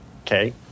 Okay